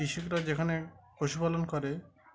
কৃষকরা যেখানে পশুপালন করে